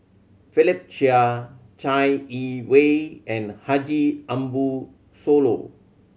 Philip Chia Chai Yee Wei and Haji Ambo Sooloh